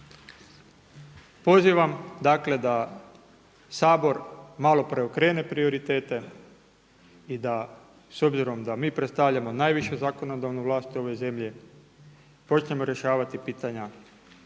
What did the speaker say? Pozivam dakle da Sabor malo preokrene prioritete i da s obzirom da mi predstavljamo najvišu zakonodavnu vlast u ovoj zemlji počnemo rješavati pitanja